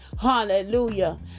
Hallelujah